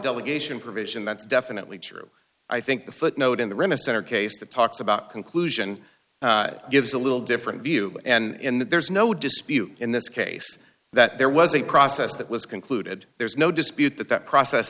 delegation provision that's definitely true i think the footnote in the arena center case that talks about conclusion gives a little different view and that there's no dispute in this case that there was a process that was concluded there's no dispute that that process